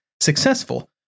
successful